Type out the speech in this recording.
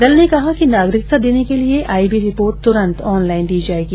दल ने कहा कि नागरिकता देने के लिए आइबी रिपोर्ट तुरंत ऑनलाइन दी जाएगी